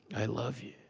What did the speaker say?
i love you.